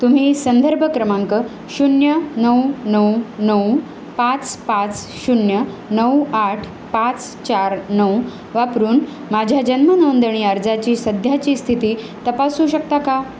तुम्ही संदर्भ क्रमांक शून्य नऊ नऊ नऊ पाच पाच शून्य नऊ आठ पाच चार नऊ वापरून माझ्या जन्म नोंदणी अर्जाची सध्याची स्थिती तपासू शकता का